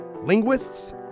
linguists